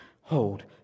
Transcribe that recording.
hold